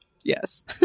Yes